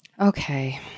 Okay